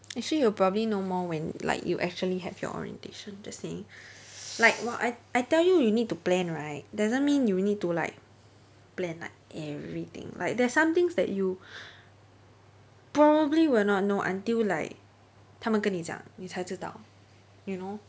actually you probably know more when like you actually have your orientation just saying like !wah! I I tell you you need to plan right doesn't mean you need to like plan like everything like there's some things you probably would not know until like 他们跟你讲你才知道 you know